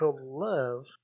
love